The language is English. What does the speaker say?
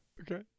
Okay